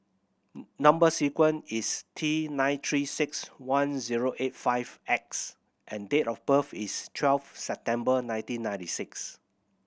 number sequence is T nine Three Six One zero eight five X and date of birth is twelve September nineteen ninety six